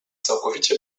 całkowicie